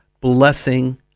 blessing